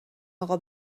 اقا